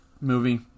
movie